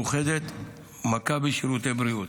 מאוחדת ומכבי שירותי בריאות.